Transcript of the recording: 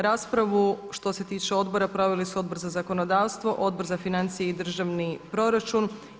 Raspravu, što se tiče odbora, prijavili su Odbor za zakonodavstvo, Odbor za financije i državni proračun.